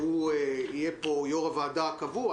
שיהיה פה יושב-ראש הוועדה הקבוע,